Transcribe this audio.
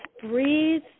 breathe